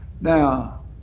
Now